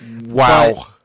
Wow